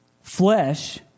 Flesh